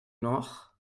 noch